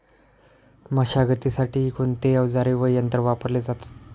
मशागतीसाठी कोणते अवजारे व यंत्र वापरले जातात?